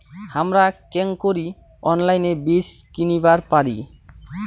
হামরা কেঙকরি অনলাইনে বীজ কিনিবার পারি?